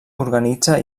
organitza